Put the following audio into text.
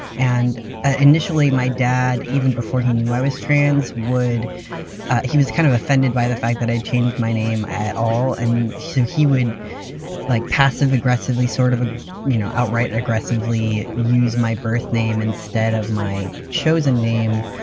and ah initially my dad even before he knew i was trans he was kind of offended by the fact that i'd changed my name at all and so he would like passive aggressively, sort of ah you know outright aggressively, use my birth name instead of my chosen name,